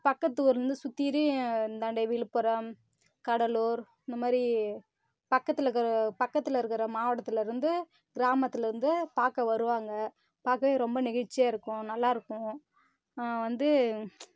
பக்கத்து ஊரிலருந்து சுத்தீரும் இந்தாண்ட விழுப்புரம் கடலூர் இந்தமாதிரி பக்கத்தில் இருக்குற பக்கத்தில் இருக்குற மாவட்டத்துலிருந்து கிராமத்துலிருந்து பார்க்க வருவாங்க பார்க்கவே ரொம்ப நெகிழ்ச்சியாக இருக்கும் நல்லாயிருக்கும் வந்து